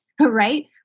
right